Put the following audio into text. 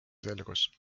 selgus